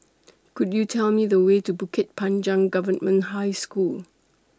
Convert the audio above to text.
Could YOU Tell Me The Way to Bukit Panjang Government High School